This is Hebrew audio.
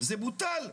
זה בוטל?